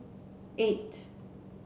eight